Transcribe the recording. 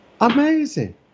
amazing